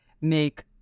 make